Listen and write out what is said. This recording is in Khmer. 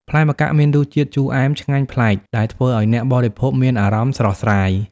ផ្លែម្កាក់មានរសជាតិ ជូរអែម ឆ្ងាញ់ប្លែក ដែលធ្វើឲ្យអ្នកបរិភោគមានអារម្មណ៍ស្រស់ស្រាយ។